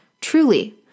truly